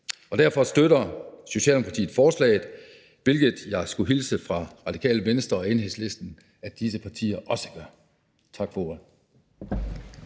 Derfor støtter Socialdemokratiet forslaget, hvilket jeg skulle hilse fra Radikale Venstre og Enhedslisten og sige at de også gør. Tak for ordet.